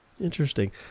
Interesting